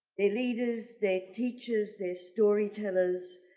their leaders, their teachers, their storytellers.